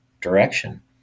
direction